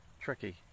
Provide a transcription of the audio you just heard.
tricky